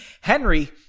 Henry